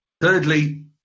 Thirdly